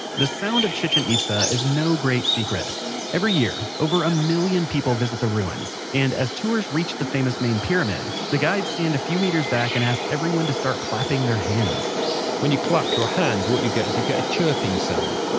the sound of chichen itza is no great secret every year over a million people visit the ruins and, as tours reach the famous main pyramid, the guides stand a few meters back and ask everyone to start clapping their hands when you clap your hands, what you get is you get a chirping sound